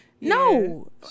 No